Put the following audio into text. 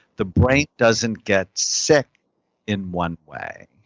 the brain doesn't get sick in one way,